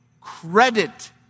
credit